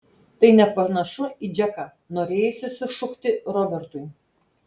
tai nepanašu į džeką norėjosi sušukti robertui